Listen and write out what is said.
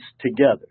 together